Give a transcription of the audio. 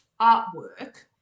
artwork